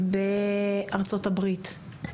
בארצות הברית,